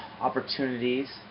opportunities